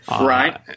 Right